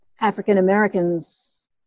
African-Americans